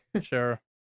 Sure